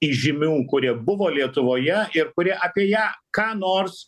įžymių kurie buvo lietuvoje ir kurie apie ją ką nors